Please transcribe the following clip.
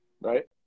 Right